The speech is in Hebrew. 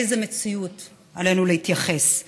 לאיזו מציאות עלינו להתייחס,